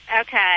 Okay